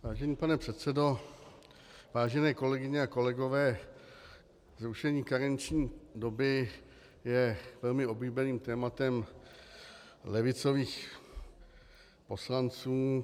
Vážený pane předsedo, vážené kolegyně a kolegové, zrušení karenční doby je velmi oblíbeným tématem levicových poslanců.